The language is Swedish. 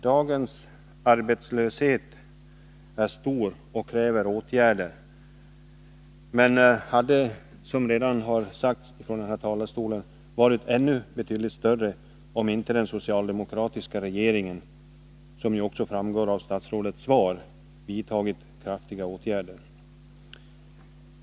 Dagens arbetslöshet är stor och kräver åtgärder, men den hade, som redan har sagts från denna talarstol, varit ännu större om inte den socialdemokratiska regeringen — något som ju också framgår av statsrådets svar — vidtagit kraftiga åtgärder.